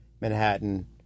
Manhattan